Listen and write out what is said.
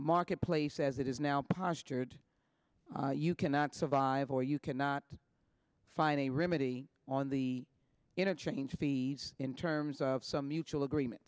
marketplace as it is now postured you cannot survive or you cannot find a remedy on the interchange fees in terms of some mutual agreement